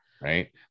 right